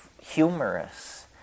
humorous